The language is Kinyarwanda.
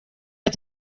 ati